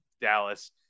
Dallas